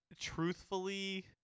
truthfully